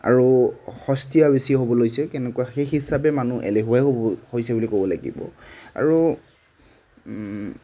আৰু সস্তীয়া বেছি হ'বলৈ লৈছে কেনেকুৱা সেই হিচাপে মানুহ এলেহুৱাই হৈ হৈছে বুলি ক'ব লাগিব আৰু